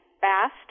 fast